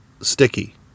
sticky